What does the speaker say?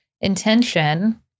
intention